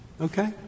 Okay